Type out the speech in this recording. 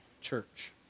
church